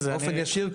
באופן ישיר.